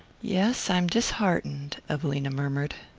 yes, i'm disheartened, evelina murmured.